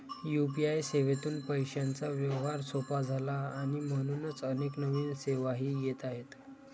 UPI सेवेतून पैशांचा व्यवहार सोपा झाला आणि म्हणूनच अनेक नवीन सेवाही येत आहेत